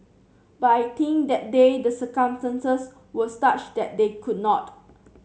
but I think that day the circumstances were such that they could not